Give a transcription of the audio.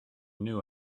knew